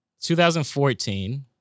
2014